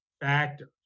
factors